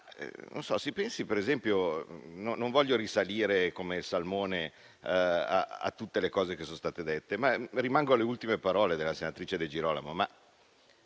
che mi hanno preceduto. Non voglio risalire come un salmone a tutte le cose che sono state dette, ma rimango alle ultime parole della senatrice Di Girolamo,